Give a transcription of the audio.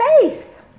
faith